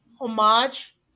homage